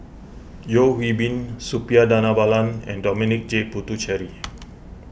Yeo Hwee Bin Suppiah Dhanabalan and Dominic J Puthucheary